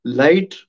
light